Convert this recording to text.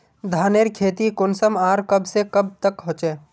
धानेर खेती कुंसम आर कब से कब तक होचे?